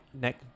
neck